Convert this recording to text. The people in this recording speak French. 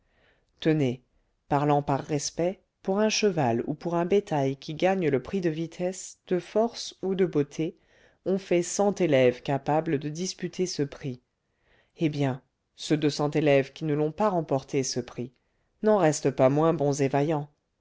tenez parlant par respect pour un cheval ou pour un bétail qui gagne le prix de vitesse de force ou de beauté on fait cent élèves capables de disputer ce prix eh bien ceux de ces cent élèves qui ne l'ont pas remporté ce prix n'en restent pas moins bons et vaillants